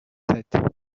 sept